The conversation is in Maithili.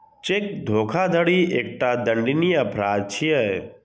चेक धोखाधड़ी एकटा दंडनीय अपराध छियै